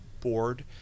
board